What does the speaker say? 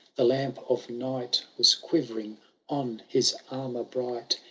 the lamp of night was quivering on his armour bright.